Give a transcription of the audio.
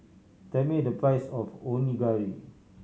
tell me the price of Onigiri